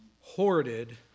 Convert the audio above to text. hoarded